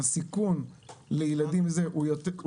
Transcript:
הסיכון לילדים הוא יותר קטן.